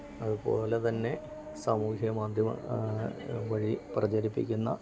അതുപോലെ തന്നെ സാമൂഹ്യ മാധ്യമം വഴി പ്രചരിപ്പിക്കുന്ന